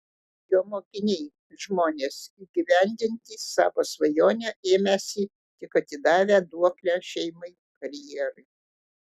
jo mokiniai žmonės įgyvendinti savo svajonę ėmęsi tik atidavę duoklę šeimai karjerai